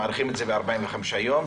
אנחנו מאריכים את זה ב-45 יום.